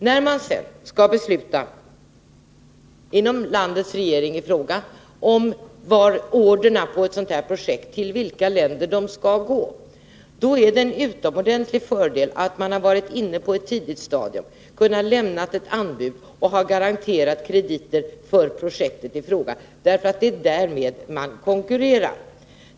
När sedan det ifrågavarande landets regering skall besluta om till vilka länder orderna för ett sådant här projekt skall gå är det en stor fördel att man har varit inne på ett tidigt stadium, kunnat lämna ett anbud och garanterat krediter för projektet i fråga — det är därmed man konkurrerar.